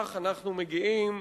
כך אנחנו מגיעים,